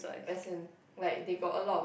as in like they got a lot of